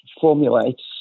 formulates